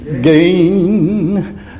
gain